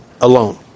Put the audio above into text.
alone